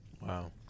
Wow